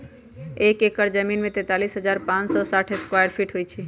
एक एकड़ जमीन में तैंतालीस हजार पांच सौ साठ स्क्वायर फीट होई छई